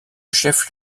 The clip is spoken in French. chef